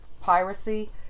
piracy